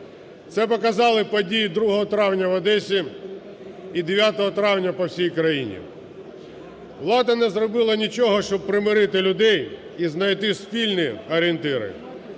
Це показали події 2 травня в Одесі і 9 травня по всій країні. Влада не зробила нічого, щоб примирити людей і знайти спільні орієнтири,